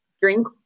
drink